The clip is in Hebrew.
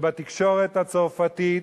שבתקשורת הצרפתית,